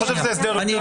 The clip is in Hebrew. כן,